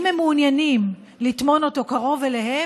אם הם מעוניינים לטמון אותו קרוב אליהם,